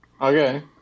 Okay